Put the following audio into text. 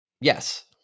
yes